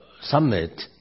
summit